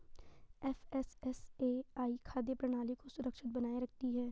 FSSAI खाद्य प्रणाली को सुरक्षित बनाए रखती है